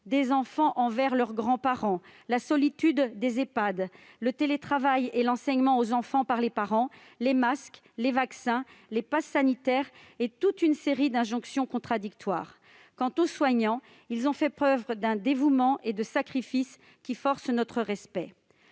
des enfants vis-à-vis de leurs grands-parents, la solitude dans les Ehpad, le télétravail et l'enseignement aux enfants par les parents, les masques, les vaccins, les passes sanitaires et toute une série d'injonctions contradictoires. Quant aux soignants, ils ont fait preuve d'un dévouement et de sacrifices qui forcent notre respect.